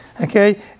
Okay